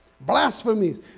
blasphemies